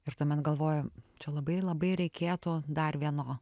ir tuomet galvoju čia labai labai reikėtų dar vieno